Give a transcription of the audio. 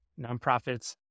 nonprofits